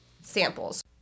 samples